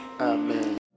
Amen